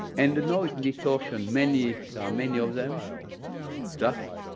and the noise distortion, many there are many of them dust,